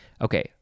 Okay